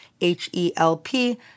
H-E-L-P